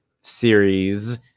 series